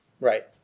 right